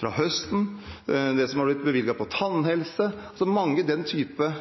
fra høsten, og det har blitt bevilget noe til tannhelse. Det er mange av den typen